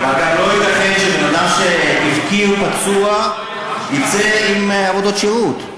ועדיין לא ייתכן שאדם שהפקיר פצוע יצא עם עבודות שירות.